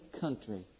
country